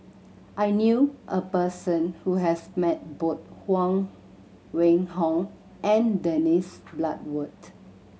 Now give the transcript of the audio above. I knew a person who has met both Huang Wenhong and Dennis Bloodworth